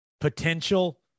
potential